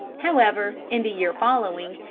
however, in the year following,